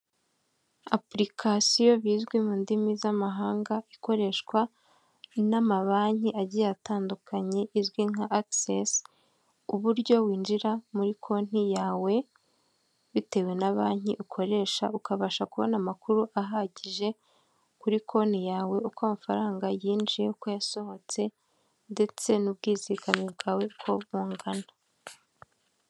Apurikasiyo bizwi mu ndimi z'amahanga, ikoreshwa n'amabanki agiye atandukanye, izwi nka agisesi, uburyo winjira muri konti yawe bitewe na banki ukoresha ukabasha kubona amakuru ahagije kuri konti yawe, uko amafaranga yinjiye, uko yasohotse ndetse n'ubwizigame bwawe uko bungana.